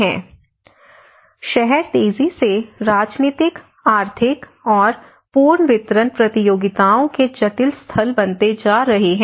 video प्रारंभ समय 2437 शहर तेजी से राजनीतिक आर्थिक और पुनर्वितरण प्रतियोगिताओं के जटिल स्थल बनते जा रहे हैं